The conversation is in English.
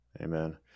Amen